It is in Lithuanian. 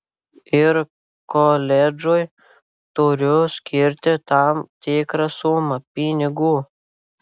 ir koledžui turiu skirti tam tikrą sumą pinigų